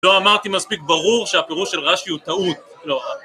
לא אמרתי מספיק ברור שהפירוש של רש"י הוא טעות.